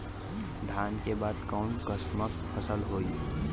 धान के बाद कऊन कसमक फसल होई?